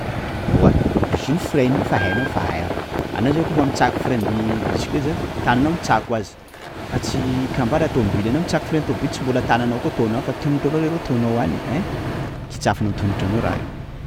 Ewa izy io frein io fa hainao fa ein! _x000D_ Anao zany kôfa mitsako freinny bisikileta zany tananao mitsako azy! _x000D_ Fa tsy kambaran'ny tomobily anao mitsako frein ny tomoboly tsy mbola tananao koa atoano any fa tongotra koa leroa ataonao any ein! _x000D_ Kitsafinao amin'ny tongotranao raha io!